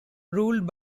ruled